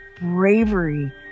bravery